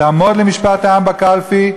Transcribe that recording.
תעמוד למשפט העם בקלפי,